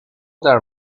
their